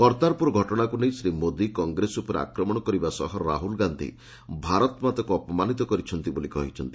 କର୍ତ୍ତାରପ୍ରର ଘଟଣାକ୍ ନେଇ ଶ୍ରୀ ମୋଦି କଂଗ୍ରେସ ଉପରେ ଆକ୍ମଣ କରିବା ସହ ରାହ୍ରଲ ଗାନ୍ଧୀ ଭାରତମାତାକୁ ଅପମାନିତ କରିଛନ୍ତି ବୋଲି କହିଛନ୍ତି